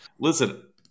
listen